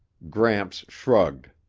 gramps shrugged.